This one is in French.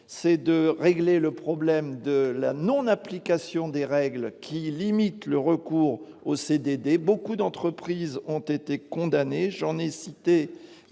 c'est de régler le problème de la non application des règles qui limitent le recours aux CDD, beaucoup d'entreprises ont été condamnés, j'en ai cité